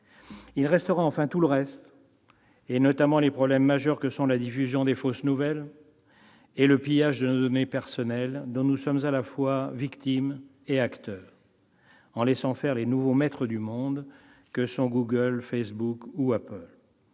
Il restera enfin tout le reste, notamment les problèmes majeurs que sont la diffusion de fausses nouvelles et le pillage de nos données personnelles, dont nous sommes à la fois victimes et acteurs, en laissant faire les nouveaux maîtres du monde que sont Google, Facebook ou Apple.